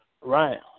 Right